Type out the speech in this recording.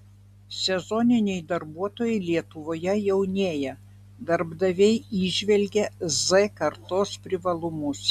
sezoniniai darbuotojai lietuvoje jaunėja darbdaviai įžvelgia z kartos privalumus